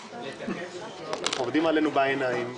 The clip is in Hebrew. עובדים עלינו בעיניים.